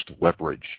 leverage